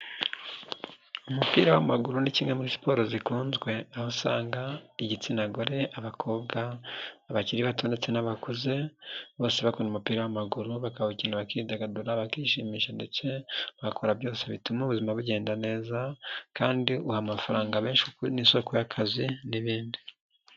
Umupira w'amaguru ni kimwe muri siporo zikunzwe, aho usanga igitsina gore abakobwa abakiri bato ndetse n'abakuze bose bakunda umupira w'amaguru bakawukina bakidagadura bakishimisha ndetse bagakora byose bituma ubuzima bugenda neza kandi uha amafaranga menshi kuko ni isoko y'akazi n'ibindi.